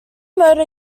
motor